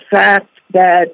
fact that